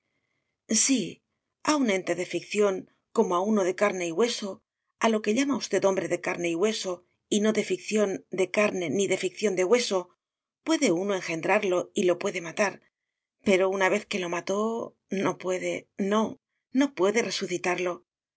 a un ente de ficción como a uno de carne y hueso a lo que llama usted hombre de carne y hueso y no de ficción de carne ni de ficción de hueso puede uno engendrarlo y lo puede matar pero una vez que lo mató no puede no no puede resucitarlo